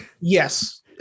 yes